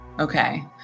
Okay